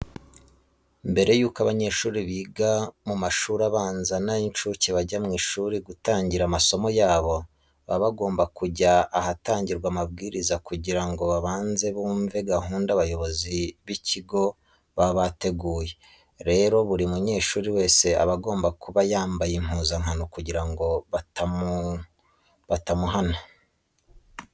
Mbere y'uko abanyeshuri biga mu mashuri abanza n'ay'incuke bajya mu ishuri gutangira amasomo yabo, baba bagomba kujya ahatangirwa amabwiriza kugira ngo babanze bumve gahunda abayobozi b'ikigo baba bateguye. Rero buri munyeshuri wese aba agomba kuba yambaye impuzankano kugira ngo batamuhana.